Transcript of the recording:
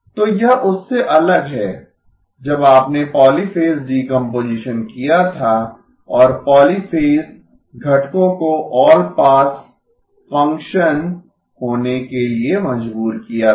तो यह उससे अलग है जब आपने पॉलीफ़ेज़ डीकम्पोजीशन किया था और पॉलीफ़ेज़ घटकों को ऑल पास फ़ंक्शन होनें के लिए मजबूर किया था